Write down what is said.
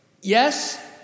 Yes